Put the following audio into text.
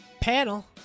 Panel